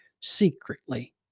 secretly